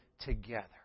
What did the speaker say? together